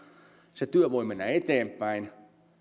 se työ voi mennä eteenpäin